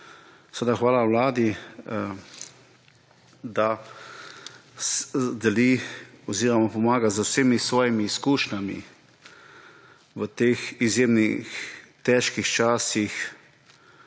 seveda hvala Vladi, da deli oziroma pomaga z vsemi svojimi izkušnjami v teh izjemnih težkih časih,